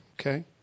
Okay